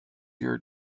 your